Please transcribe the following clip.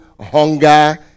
hunger